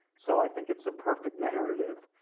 so i think it's the perfect narrative.